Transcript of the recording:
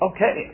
Okay